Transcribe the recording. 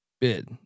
bid